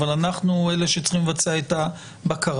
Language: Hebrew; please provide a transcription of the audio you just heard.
אבל אנחנו אלה שצריכים לבצע את הבקרה.